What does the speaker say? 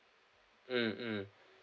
mm mm